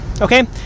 Okay